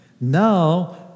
now